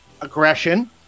aggression